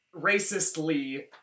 racistly